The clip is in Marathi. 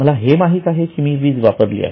मला हे माहीत आहे की मी वीज वापरली आहे